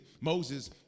Moses